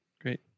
Great